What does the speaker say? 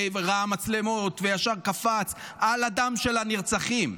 וראה מצלמות וישר קפץ על הדם של הנרצחים.